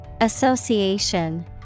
Association